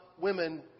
women